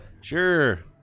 Sure